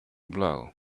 blow